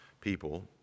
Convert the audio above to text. people